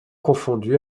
confondu